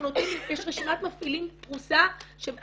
אנחנו נותנים רשימת מפעילים פרוסה שהקהילה